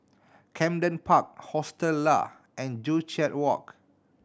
Camden Park Hostel Lah and Joo Chiat Walk